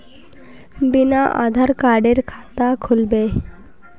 बिना आधार कार्डेर खाता खुल बे?